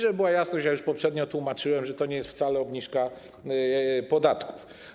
Żeby była jasność, już poprzednio tłumaczyłem, to nie jest wcale obniżka podatków.